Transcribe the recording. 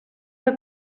que